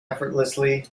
effortlessly